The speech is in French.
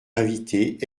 invitées